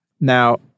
Now